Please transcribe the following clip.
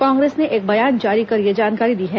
कांग्रेस ने एक बयान जारी कर यह जानकारी दी है